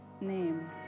name